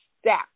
step